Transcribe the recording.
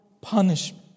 punishment